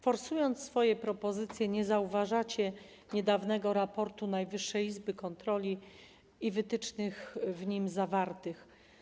Forsując swoje propozycje, nie zauważacie niedawnego raportu Najwyższej Izby Kontroli i wytycznych w nim zawartych.